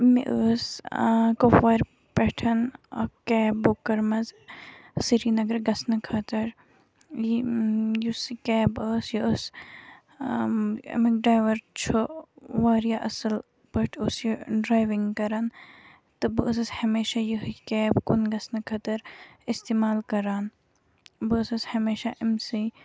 مےٚ ٲسۍ کُپوارِ پٮ۪ٹھ اَکھ کیب بُک کٔرمٕژ سرینگر گژھنہٕ خٲطرٕ یہِ یُس یہِ کیب ٲسۍ یہِ ٲسۍ اَمیُک ڈرٛایوَر چھُ واریاہ اَصٕل پٲٹھۍ اوس یہِ ڈرٛایوِنٛگ کَران تہٕ بہٕ ٲسٕس ہمیشہ یِہٕے کیب کُن گژھنہٕ خٲطرٕ استعمال کَران بہٕ ٲسٕس ہمیشہ أمۍ سٕے